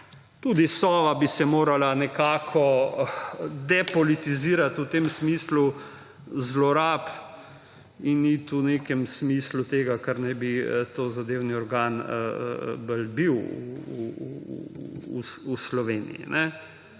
Tudi Sova bi se morala nekako depolitizirati v tem smislu zlorab in iti v nekem smislu tega, kar naj bi tozadevni organ bolj bil v Sloveniji.